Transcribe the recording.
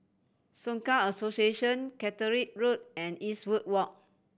Soka Association Caterick Road and Eastwood Walk